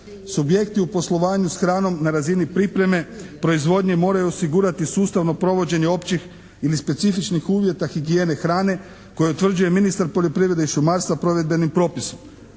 subjekti u poslovanju s hranom na razini pripreme proizvodnje moraju osigurati sustavno provođenje općih ili specifičnih uvjeta higijene hrane koje utvrđuje ministar poljoprivrede i šumarstva provedbenim propisom,